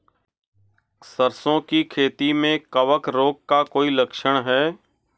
सरसों की खेती में कवक रोग का कोई लक्षण है?